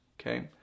okay